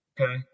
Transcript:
Okay